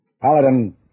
Paladin